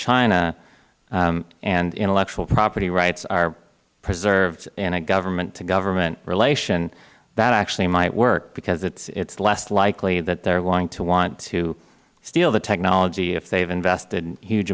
china and intellectual property rights are preserved in a government to government relation that actually might work because it is less likely that they are going to want to steal the technology if they have invested huge